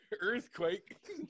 earthquake